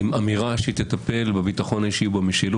אף אחד לא מפריע לחבר הכנסת יואב סגלוביץ'.